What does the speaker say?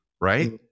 right